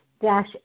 Dash